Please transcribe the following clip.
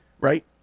right